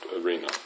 arena